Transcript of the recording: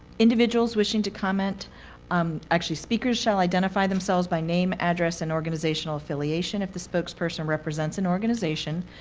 individuals wishing to comment um actually, speakers shall identify themselves by name, address, and organizational affiliation, if the spokesperson represents an organization.